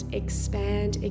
expand